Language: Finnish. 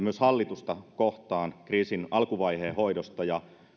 myös hallitusta kohtaan kriisin alkuvaiheen hoidosta ja